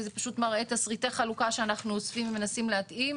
זה פשוט מראה תשריטי חלוקה שאנחנו אוספים ומנסים להתאים.